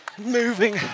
Moving